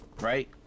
right